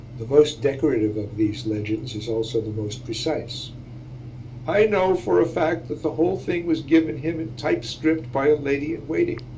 the most decorative of these legends is also the most precise i know for a fact that the whole thing was given him in typescript by a lady-in-waiting.